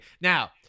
Now